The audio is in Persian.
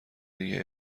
دیگه